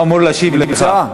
הוא אמור להשיב לך.